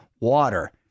water